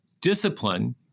Discipline